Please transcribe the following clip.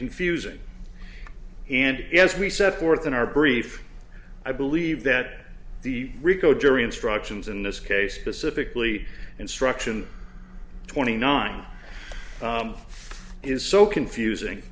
confusing and as we set forth in our brief i believe that the rico jury instructions in this case specifically instruction twenty nine is so confusing